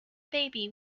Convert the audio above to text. baby